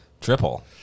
Triple